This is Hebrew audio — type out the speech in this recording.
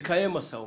מקיים משא ומתן,